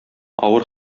авыр